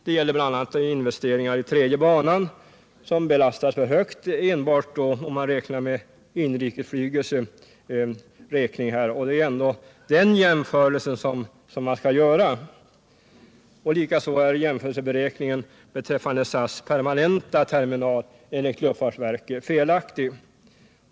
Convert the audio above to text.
Det gäller bl.a. investeringar i tredje banan, som belastas för högt om man här enbart räknar med inrikesflyget —- och det är ju ändå den jämförelsen man skall göra. Likaså är jämförelseberäkningen beträffande SAS permanenta terminal enligt luftfartsverket felaktig.